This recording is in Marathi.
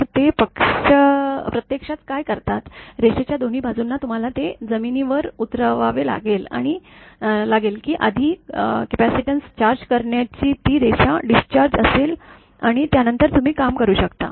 तर ते प्रत्यक्षात काय करतात रेषेच्या दोन्ही बाजूंना तुम्हाला ते जमिनीवर उतरवावे लागेल की आधी कपॅसिटन्स चार्ज करण्याची ती रेषा डिस्चार्ज असेल आणि त्यानंतर तुम्ही काम करू शकता